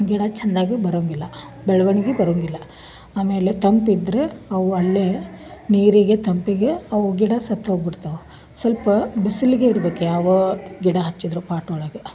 ಗಿಡ ಚಂದಾಗಿ ಬರಂಗಿಲ್ಲ ಒಳ ಒಂಗಿ ಬರಂಗಿಲ್ಲ ಆಮೇಲೆ ತಂಪಿದ್ದರೆ ಅವು ಅಲ್ಲೇ ನೀರಿಗೆ ತಂಪಿಗೆ ಅವ ಗಿಡ ಸತ್ತು ಹೋಗಿ ಬಿಡ್ತಾವು ಸ್ವಲ್ಪ ಬಿಸಿಲಿಗೆ ಇಡ್ಬೇಕು ಯಾವ ಗಿಡ ಹಚ್ಚಿದ್ದರು ಪಾಟ್ ಒಳಗೆ